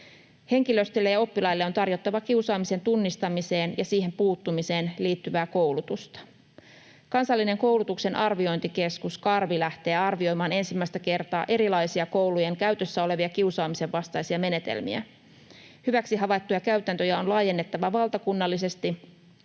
Henkilöstölle ja oppilaille on tarjottava kiusaamisen tunnistamiseen ja siihen puuttumiseen liittyvää koulutusta. Kansallinen koulutuksen arviointikeskus Karvi lähtee arvioimaan ensimmäistä kertaa erilaisia koulujen käytössä olevia kiusaamisen vastaisia menetelmiä. Hyväksi havaittuja käytäntöjä on laajennettava valtakunnallisesti,